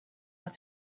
want